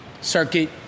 circuit